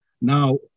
Now